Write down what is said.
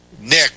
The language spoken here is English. Nick